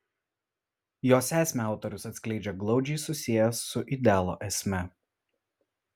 jos esmę autorius atskleidžia glaudžiai susiejęs su idealo esme